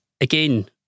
again